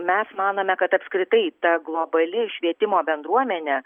mes manome kad apskritai ta globali švietimo bendruomenė